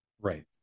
right